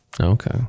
Okay